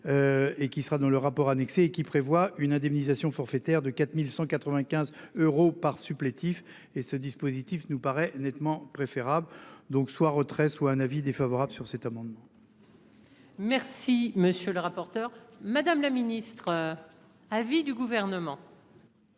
Et qui sera dans le rapport annexé et qui prévoit une indemnisation forfaitaire de 4195 euros par supplétifs et ce dispositif nous paraît nettement préférable donc soit retrait soit un avis défavorable sur cet amendement. Merci monsieur le rapporteur. Madame la Ministre. À du gouvernement.